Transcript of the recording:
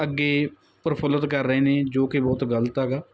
ਅੱਗੇ ਪ੍ਰਫੁੱਲਿਤ ਕਰ ਰਹੇ ਨੇ ਜੋ ਕਿ ਬਹੁਤ ਗਲਤ ਹੈਗਾ